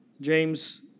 James